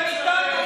אתם מרגיזים.